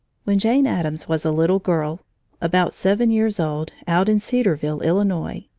when jane addams was a little girl about seven years old, out in cedarville, illinois,